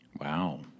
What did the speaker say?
Wow